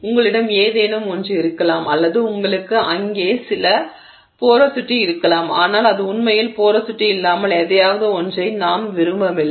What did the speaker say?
எனவே உங்களிடம் ஏதேனும் ஒன்று இருக்கலாம் அல்லது உங்களுக்கு அங்கே சில போரோசிட்டி இருக்கலாம் ஆனால் அது உண்மையில் போரோசிட்டி இல்லாமல் எதையாவது ஒன்றை நாம் விரும்பவில்லை